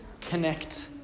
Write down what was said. connect